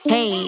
Hey